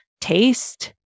taste